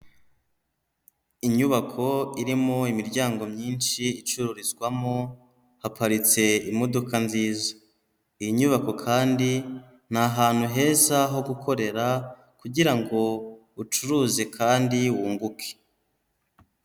Inyubako irimo imiryango myinshi icururizwamo haparitse imodoka nziza. Iyi nyubako kandi ni ahantu heza ho gukorera kugira ngo ucuruze kandi wunguke.